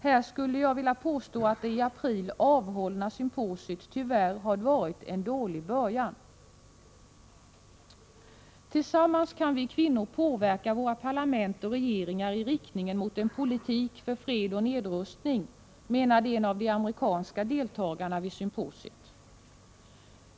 Här skulle jag vilja påstå att det i april avhållna symposiet tyvärr har varit en dålig början. ”Tillsammans kan vi kvinnor påverka våra parlament och regeringar i riktningen mot en politik för fred och nedrustning”, menade en av de amerikanska deltagarna vid symposiet.